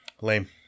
Lame